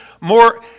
more